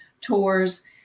tours